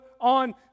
on